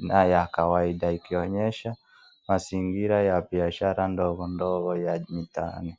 na ya kawaida ikionyesha mazingira ya biashara ndogo ndogo ya mitaani.